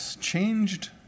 changed